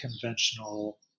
conventional